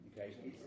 Okay